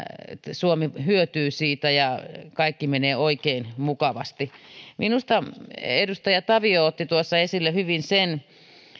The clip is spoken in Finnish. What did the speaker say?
suomi hyötyy siitä ja kaikki menee oikein mukavasti minusta edustaja tavio otti tuossa esille hyvin sen